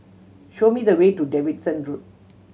show me the way to Davidson Road